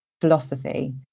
philosophy